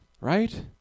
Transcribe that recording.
right